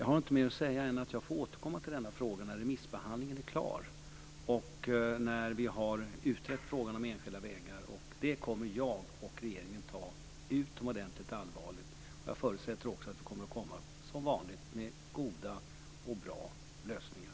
Jag har inte mer att säga än att jag får återkomma till den här frågan när remissbehandlingen är klar och när vi har utrett frågan om enskilda vägar. Jag och regeringen tar detta utomordentligt allvarligt. Jag förutsätter också att vi som vanligt kommer med goda och bra lösningar.